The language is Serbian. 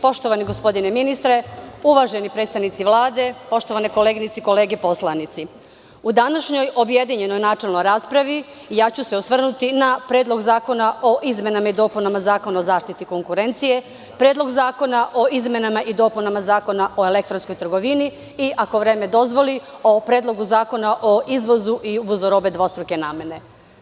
Poštovani gospodine ministre, uvaženi predstavnici Vlade, poštovane koleginice i kolege poslanici, u današnjoj objedinjenoj načelnoj raspravi osvrnuću se na Predlog zakona o izmenama i dopunama Zakona o zaštiti konkurencije, Predlog zakona o izmenama i dopuna Zakona o elektronskoj kupovini i ako vreme dozvoli o Predlogu Zakona o izvozu i uvozu robe dvostruke namere.